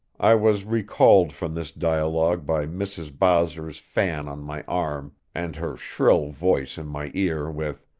i was recalled from this dialogue by mrs. bowser's fan on my arm, and her shrill voice in my ear with,